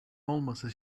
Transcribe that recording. olmasa